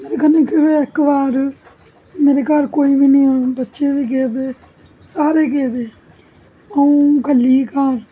मेरे कन्ने केह् होया इक वार मेरे घर कोई बी नेईं हा बच्चे बी गेदे सारे गेद अऊं कल्ली घर